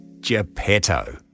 Geppetto